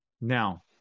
now